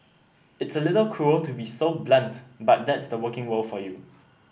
it's a little cruel to be so blunt but that's the working world for you